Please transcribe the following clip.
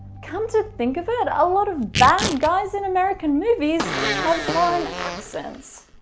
come to think of it, a lot of bad guys in american movies have foreign accents.